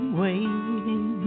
waiting